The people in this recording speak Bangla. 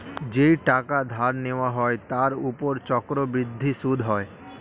যেই টাকা ধার নেওয়া হয় তার উপর চক্রবৃদ্ধি সুদ হয়